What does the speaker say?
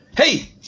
hey